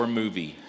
movie